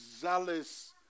zealous